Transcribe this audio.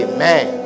Amen